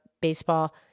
baseball